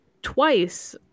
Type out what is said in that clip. twice